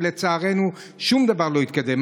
ולצערנו שום דבר לא התקדם.